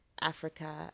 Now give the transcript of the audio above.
Africa